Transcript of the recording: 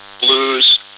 blues